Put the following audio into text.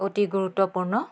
অতি গুৰুত্বপূৰ্ণ